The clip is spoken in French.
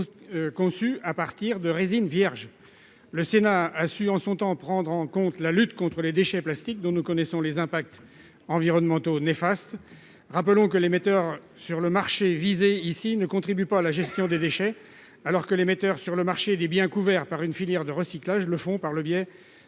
conçus à partir de résine vierge. Le Sénat a su en son temps prendre en compte la lutte contre les déchets plastiques, dont nous connaissons les impacts environnementaux néfastes. Rappelons que les metteurs sur le marché visés ici ne contribuent pas à la gestion des déchets, alors que les metteurs sur le marché des biens couverts par une filière de recyclage le font par le biais